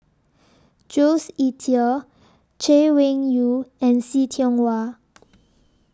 Jules Itier Chay Weng Yew and See Tiong Wah